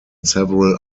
several